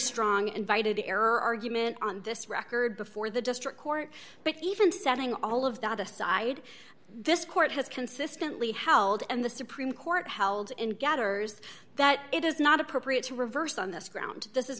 strong invited error argument on this record before the district court but even setting all of that aside this court has consistently held and the supreme court held in gathers that it is not appropriate to reverse on this ground this is